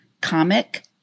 Comic